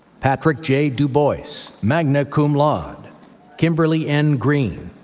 patrick j. duboyce, magna cum laude kimberly n. green,